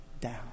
down